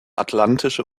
atlantische